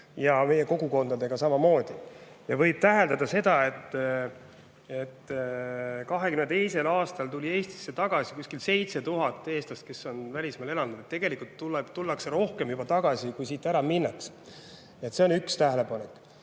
ja meie kogukondadega samamoodi. Võib täheldada seda, et 2022. aastal tuli Eestisse tagasi umbes 7000 eestlast, kes on välismaal elanud. Tegelikult tullakse tagasi juba rohkem, kui siit ära minnakse. See on üks tähelepanek.